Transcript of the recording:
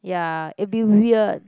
ya it'll be weird